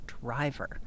driver